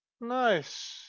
Nice